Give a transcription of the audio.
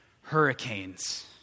hurricanes